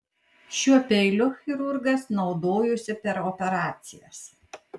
šiuo peiliu chirurgas naudojosi per operacijas